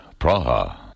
Praha